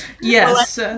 yes